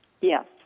Yes